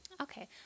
Okay